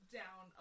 down